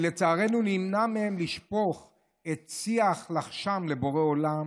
שלצערנו, נמנע מהם לשפוך את שיח לחשם לבורא עולם.